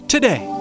Today